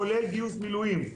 כולל גיוס מילואים".